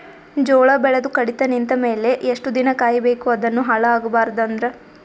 ಜೋಳ ಬೆಳೆದು ಕಡಿತ ನಿಂತ ಮೇಲೆ ಎಷ್ಟು ದಿನ ಕಾಯಿ ಬೇಕು ಅದನ್ನು ಹಾಳು ಆಗಬಾರದು ಅಂದ್ರ?